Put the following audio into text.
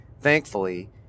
thankfully